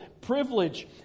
privilege